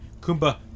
Kumba